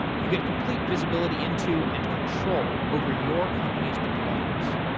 you get complete visibility into and control over your company's deployments.